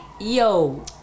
yo